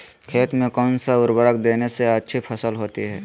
खेत में कौन सा उर्वरक देने से अच्छी फसल होती है?